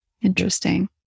interesting